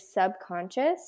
subconscious